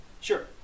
Sure